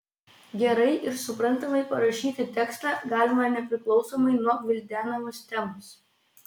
gerai ir suprantamai parašyti tekstą galima nepriklausomai nuo gvildenamos temos